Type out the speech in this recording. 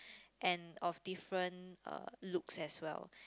and of different uh looks as well